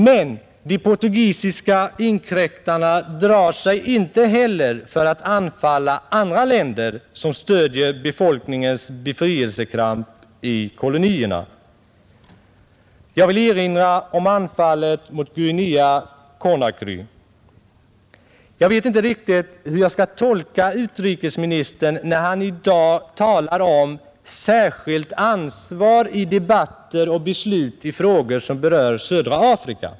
Men de portugisiska inkräktarna drar sig inte heller för att anfalla andra länder som stöder befolkningens befrielsekamp i kolonierna. Jag vill erinra om anfallet mot Guinea-Conakry. Jag vet inte riktigt hur jag skall tolka utrikesministern när han i dag talar om ”särskilt ansvar i debatter och beslut i frågor som berör södra Afrika”.